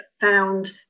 found